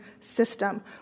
system